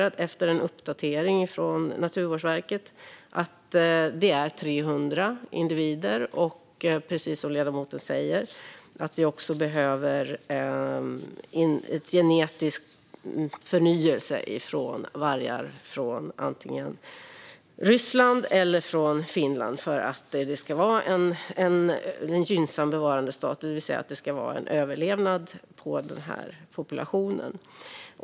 Efter en uppdatering från Naturvårdsverket har vi rapporterat att det är 300 individer och, precis som ledamoten säger, att vi också behöver genetisk förnyelse från vargar från antingen Ryssland eller Finland för att det ska vara en gynnsam bevarandestatus, det vill säga överlevnad, på den här populationen.